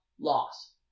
loss